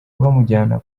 bamujyana